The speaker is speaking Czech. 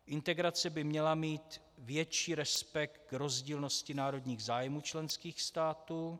Integrace by měla mít větší respekt k rozdílnosti národních zájmů členských států.